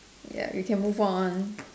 ya we can move on